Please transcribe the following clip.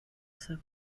savoir